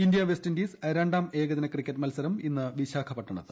India West Indies രണ്ടാം ഏകദിന cricket മൽസരം ഇന്ന് വിശാഖപട്ടണത്ത്